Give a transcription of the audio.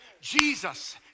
Jesus